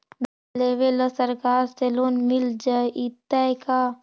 भैंस लेबे ल सरकार से लोन मिल जइतै का?